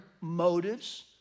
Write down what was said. motives